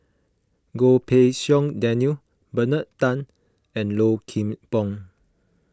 Goh Pei Siong Daniel Bernard Tan and Low Kim Pong